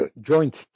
joint